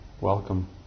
Welcome